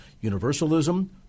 universalism